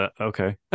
okay